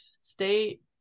state